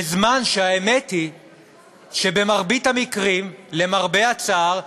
בזמן שהאמת היא שבמרבית המקרים, למרבה הצער,